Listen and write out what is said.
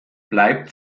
bleibt